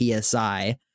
PSI